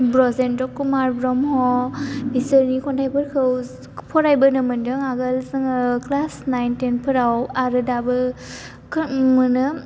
ब्रजेन्द्र कुमार ब्रह्म बिसोरनि खन्थाइफोरखौ फरायबोनो मोनदों आगोल जोङो क्लास नाइन थेन फोराव आरो दाबो मोनो